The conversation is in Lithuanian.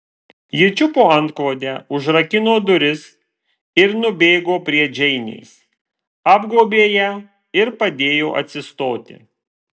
ji čiupo antklodę užrakino duris ir nubėgo prie džeinės apgobė ją ir padėjo atsistoti